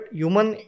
human